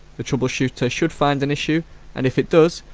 the trouble-shooter should find an issue and if it does,